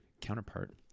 counterpart